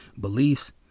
beliefs